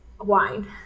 Wine